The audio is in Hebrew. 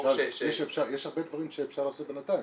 יש הרבה דברים שאפשר לעשות בינתיים.